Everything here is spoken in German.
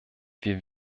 wir